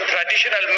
traditional